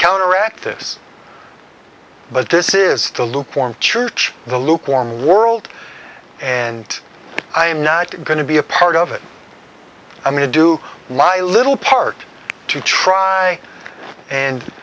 counteract this but this is the lukewarm church the lukewarm the world and i'm not going to be a part of it i'm going to do lie little part to try and